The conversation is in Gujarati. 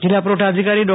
જિલ્લા પુરવઠા અધિકારી ડો